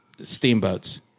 Steamboat's